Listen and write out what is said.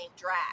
drag